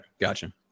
Gotcha